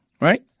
Right